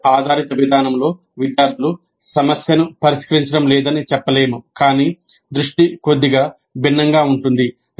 project ఆధారిత విధానంలో విద్యార్థులు సమస్యను పరిష్కరించడం లేదని చెప్పలేము కాని దృష్టి కొద్దిగా భిన్నంగా ఉంటుంది